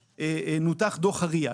נותח דוח ה-RIA.